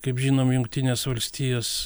kaip žinom jungtinės valstijos